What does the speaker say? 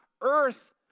earth